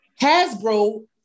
Hasbro